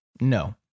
No